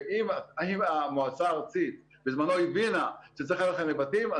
ואם המועצה הארצית בזמנו הבינה שצריך ללכת לנבטים,